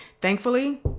thankfully